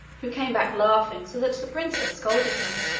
who came back laughing, so that the princess scolded her.